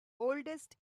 oldest